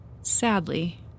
sadly